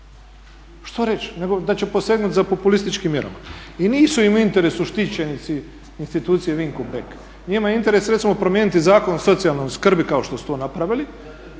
Što reći nego da će posegnuti za populističkim mjerama? I nisu im u interesu štićenici institucije "Vinko Bek", njima je interes recimo promijeniti Zakon o socijalnoj skrbi kao što su to napravili